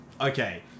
okay